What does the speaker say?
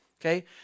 Okay